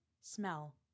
smell